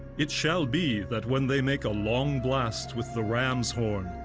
it shall be that when they make a long blast with the ram's horn,